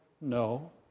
No